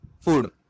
food